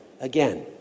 again